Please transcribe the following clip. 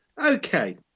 okay